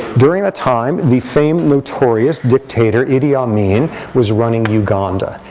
during that time, the famed notorious dictator idi amin was running uganda.